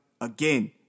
again